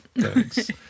Thanks